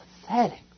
pathetic